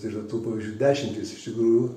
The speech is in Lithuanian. yra tų pavyzdžių dešimtys iš tikrųjų